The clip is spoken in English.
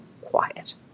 quiet